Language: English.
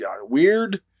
weird